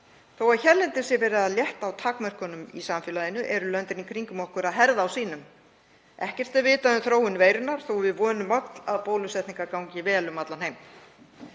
Þótt hérlendis sé verið að létta á takmörkunum í samfélaginu eru löndin í kringum okkur að herða á sínum. Ekkert er vitað um þróun veirunnar þó að við vonum öll að bólusetningar gangi vel um allan heim.